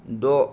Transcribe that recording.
द'